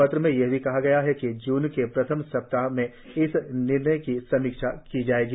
पत्र में यह भी कहा गया है कि जून के प्रथम सप्ताह में इस निर्णय की समीक्षा की जाएगी